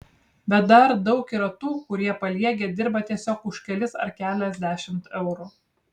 bet dar daug yra tų kurie paliegę dirba tiesiog už kelis ar keliasdešimt eurų